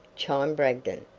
chimed bragdon,